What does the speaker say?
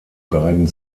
beiden